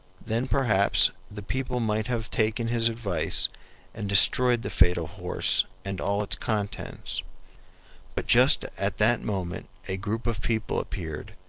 then perhaps the people might have taken his advice and destroyed the fatal horse and all its contents but just at that moment a group of people appeared,